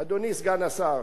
אדוני סגן השר.